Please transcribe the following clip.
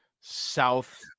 South